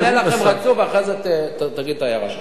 אני אענה לכם רצוף, ואחרי זה תגיד את ההערה שלך.